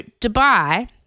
Dubai